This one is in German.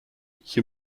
hier